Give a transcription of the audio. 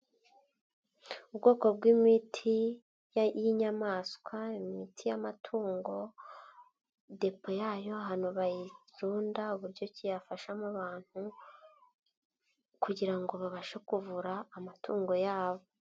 Ubwoko bw'imiti y'inyamaswa, imiti y'amatungo depo yayo ahantu bayirunda, uburyo ki yafashamo abantu kugira ngo babashe kuvura amatungo yabo.